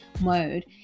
mode